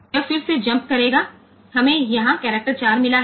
પછી તે ફરીથી જમ્પ કરશે અને આપણને અહીં કેરેક્ટર 4 મળ્યું છે